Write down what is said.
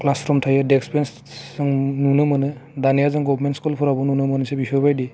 class room थायो desks benches जों नुनो मोनो दानिया जों गभार्नमेन्ट स्कुलफ्रावबो नुनो मोनसै बेफोरबायदि